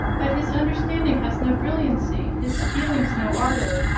that his understanding has no brilliancy, his feelings no ardour,